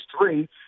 three